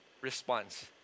response